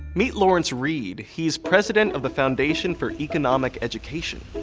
meet lawrence reed. he's president of the foundation for economic education.